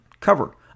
cover